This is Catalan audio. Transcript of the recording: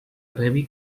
rebi